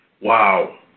Wow